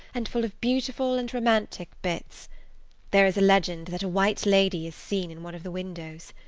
and full of beautiful and romantic bits there is a legend that a white lady is seen in one of the windows.